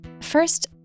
First